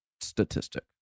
statistic